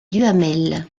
duhamel